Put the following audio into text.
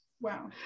Wow